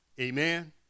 Amen